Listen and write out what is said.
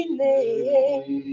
name